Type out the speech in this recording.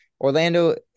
Orlando